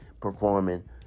performing